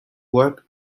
work